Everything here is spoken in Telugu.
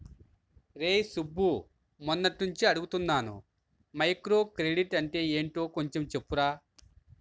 రేయ్ సుబ్బు, మొన్నట్నుంచి అడుగుతున్నాను మైక్రోక్రెడిట్ అంటే యెంటో కొంచెం చెప్పురా